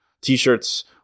t-shirts